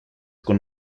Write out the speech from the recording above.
con